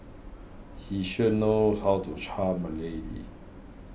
he sure know how to charm a lady